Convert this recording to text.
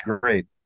great